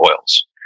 oils